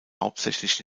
hauptsächlich